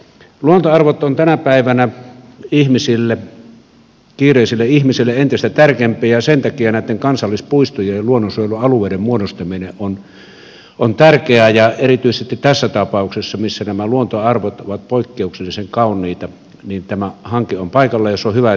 luontoarvot ovat tänä päivänä kiireisille ihmisille entistä tärkeämpiä ja sen takia näitten kansallispuistojen ja luonnonsuojelualueiden muodostaminen on tärkeää ja erityisesti tässä tapauksessa missä nämä luontoarvot ovat poik keuksellisen kauniita tämä hanke on paikallaan ja se on hyvä että se on edennyt nopeasti